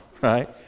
right